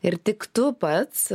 ir tik tu pats